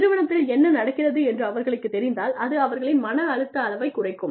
நிறுவனத்தில் என்ன நடக்கிறது என்று அவர்களுக்குத் தெரிந்தால் அது அவர்களின் மன அழுத்த அளவைக் குறைக்கும்